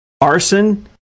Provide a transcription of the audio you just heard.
arson